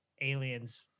aliens